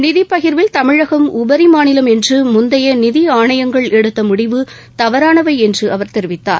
நிதிப் பகிா்வில் தமிழகம் உபரி மாநிலம் என்று முந்தைய நிதி ஆணையங்கள் எடுத்த முடிவு தவறானவை என்று அவர் தெரிவித்தார்